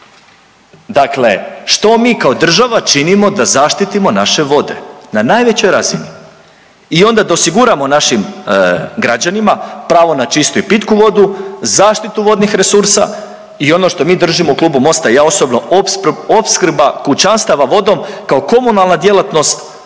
Dakle, što mi kao država činimo da zaštitimo naše vode na najvećoj razini i onda da osiguramo našim građanima pravo na čistu i pitku vodu, zaštitu vodnih resursa i ono što mi držimo u Klubu MOST-a i ja osobno opskrba kućanstava vodom kao komunalna djelatnost